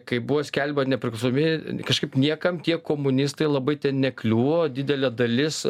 kai buvo skelbia nepriklausomy kažkaip niekam tie komunistai labai ten nekliuvo didelė dalis